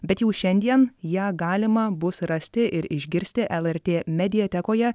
bet jau šiandien ją galima bus rasti ir išgirsti lrt mediatekoje